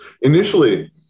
Initially